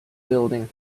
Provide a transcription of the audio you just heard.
building